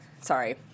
sorry